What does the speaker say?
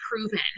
proven